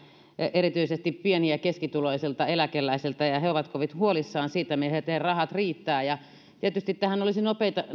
erityisesti pieni ja keskituloisilta eläkeläisiltä ja ja he ovat kovin huolissaan siitä miten heidän rahat riittävät ja tietysti tähän olisi